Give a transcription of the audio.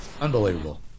Unbelievable